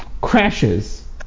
crashes